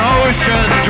ocean